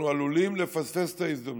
אנחנו עלולים לפספס את ההזדמנות.